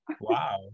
wow